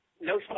No